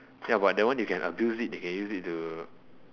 ya but that one you can abuse it they can use it to